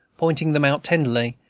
pointing them out tenderly,